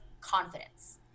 confidence